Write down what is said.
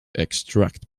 extract